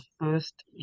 first